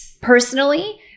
personally